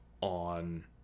on